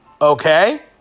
Okay